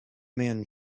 men